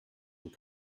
were